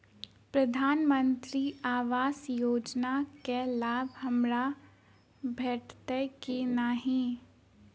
प्रधानमंत्री आवास योजना केँ लाभ हमरा भेटतय की नहि?